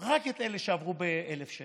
רק את אלה שעברו ב-1,000 שקל.